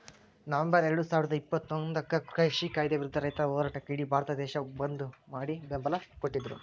November ಎರಡುಸಾವಿರದ ಇಪ್ಪತ್ತೊಂದಕ್ಕ ಕೃಷಿ ಕಾಯ್ದೆ ವಿರುದ್ಧ ರೈತರ ಹೋರಾಟಕ್ಕ ಇಡಿ ಭಾರತ ದೇಶ ಬಂದ್ ಮಾಡಿ ಬೆಂಬಲ ಕೊಟ್ಟಿದ್ರು